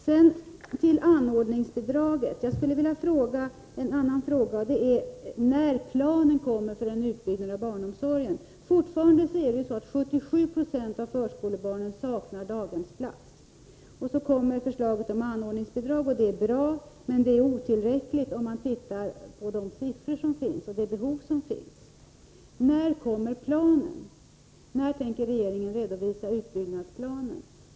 Sedan något om anordningsbidraget. Jag vill ställa ytterligare en fråga: När kommer regeringen att lägga fram en plan över utbyggnaden av barnomsorgen? Fortfarande saknar 77 96 av förskolebarnen en daghemsplats. Förslaget om anordningsbidrag är bra. Men om man studerar statistiken härvidlag och de behov som föreligger, finner man att förslaget är otillräckligt. Jag upprepar min fråga: När tänker regeringen lägga fram sin plan över utbyggnaden av barnomsorgen?